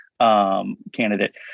Candidate